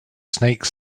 snake